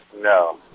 No